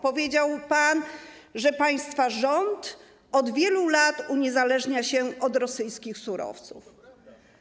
Powiedział pan, że państwa rząd od wielu lat uniezależnia się od rosyjskich surowców.